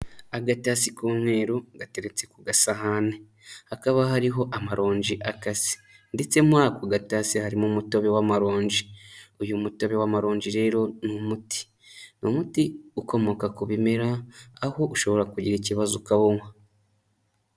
Agatasi k'umweru gateretse ku gasahani hakaba hariho amaronji akase, ndetse muri ako gatashye harimo umutobe w'amaronji, uyu mutobe wa maronji rero ni umuti ni umuti ukomoka ku bimera aho ushobora kugira ikibazo ukabonywa.